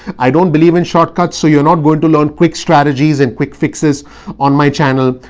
i don't believe in shortcuts. so you're not going to learn quick strategies and quick fixes on my channel.